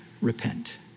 repent